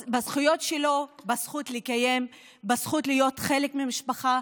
בזכות לקיים, בזכות להיות חלק ממשפחה,